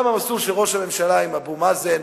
במסלול של ראש הממשלה עם אבו מאזן,